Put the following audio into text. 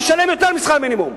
שישלם יותר משכר מינימום.